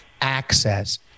access